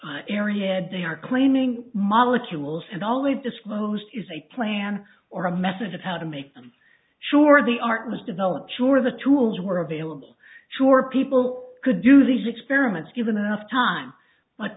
like ariad they are claiming molecules and always disclosed is a plan or a method of how to make them sure the art was developed sure the tools were available sure people could do these experiments given enough time but